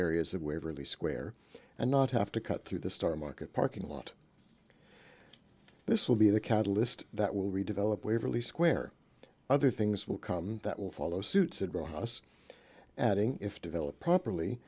areas of waverly square and not have to cut through the star market parking lot this will be the catalyst that will redevelop waverley square other things will come that will follow suit said ross adding if develop properly